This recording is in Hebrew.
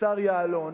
השר יעלון,